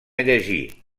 llegir